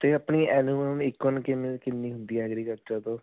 ਅਤੇ ਆਪਣੀ annual income ਕਿਵੇਂ ਕਿੰਨੀ ਹੁੰਦੀ ਐਗਰੀਕਲਚਰ ਤੋਂ